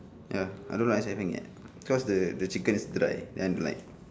ya I don't like nasi ayam penyet cause the the chicken is dry then like